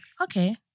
Okay